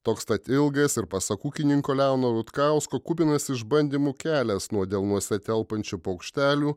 toks tad ilgas ir pasak ūkininko leono rutkausko kupinas išbandymų kelias nuo delnuose telpančių paukštelių